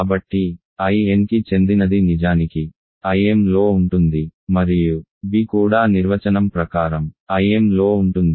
కాబట్టి Inకి చెందినది నిజానికి Imలో ఉంటుంది మరియు b కూడా నిర్వచనం ప్రకారం Imలో ఉంటుంది